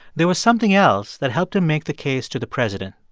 there was something else that helped him make the case to the president.